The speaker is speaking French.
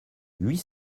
huit